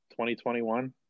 2021